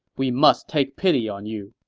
we must take pity on you.